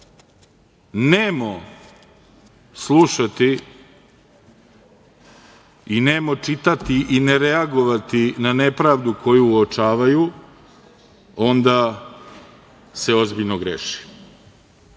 nemo slušati i nemo čitati i ne reagovati na nepravdu koju uočavaju, onda se ozbiljno greši. Iako